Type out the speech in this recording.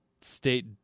state